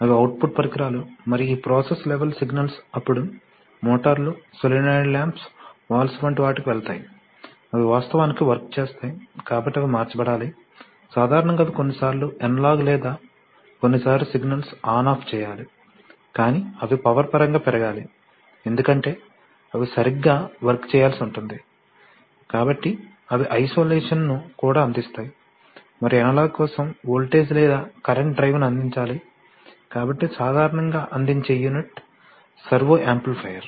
అవి అవుట్పుట్ పరికరాలు మరియు ఈ ప్రోసెస్ లెవల్ సిగ్నల్స్ అప్పుడు మోటార్లు సోలేనోయిడ్ లాంప్స్ వాల్వ్స్ వంటి వాటికి వెళతాయి అవి వాస్తవానికి వర్క్ చేస్తాయి కాబట్టి అవి మార్చబడాలి సాధారణంగా అవి కొన్నిసార్లు అనలాగ్ లేదా కొన్నిసార్లు సిగ్నల్స్ ఆన్ ఆఫ్ చేయాలి కాని అవి పవర్ పరంగా పెరగాలి ఎందుకంటే అవి సరిగ్గా వర్క్ చేయాల్సి ఉంటుంది కాబట్టి అవి ఐసోలేషన్ను కూడా అందిస్తాయి మరియు అనలాగ్ల కోసం వోల్టేజ్ లేదా కరెంట్ డ్రైవ్ను అందించాలి కాబట్టి సాధారణంగా అందించే యూనిట్ సర్వో యాంప్లిఫైయర్